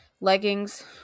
Leggings